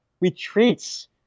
Retreats